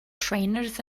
trainers